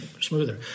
smoother